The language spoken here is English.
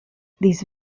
these